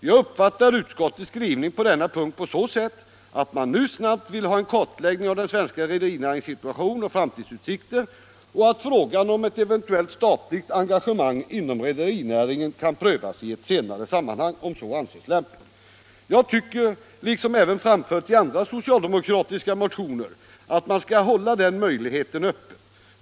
Jag uppfattar utskottets skrivning på den punkten på så sätt att man nu snabbt vill ha en kartläggning av den svenska rederinäringens situation och framtidsutsikter och att frågan om ett eventuellt statligt engagemang inom rederinäringen skall prövas i ett senare sammanhang, om så anses lämpligt. Jag tycker — och detta har även framförts i andra socialdemokratiska motioner — att man skall hålla den möjligheten öppen.